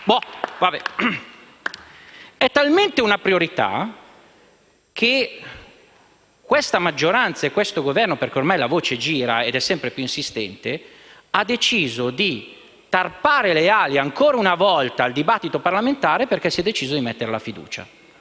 Montevecchi)*. È talmente una priorità che questa maggioranza e questo Governo - ormai la voce gira ed è sempre più insistente - hanno deciso di tarpare le ali ancora una volta al dibattito parlamentare, dal momento che si intende mettere la fiducia.